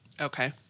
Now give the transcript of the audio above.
Okay